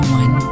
one